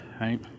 right